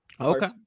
Okay